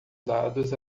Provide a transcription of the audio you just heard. dados